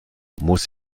muss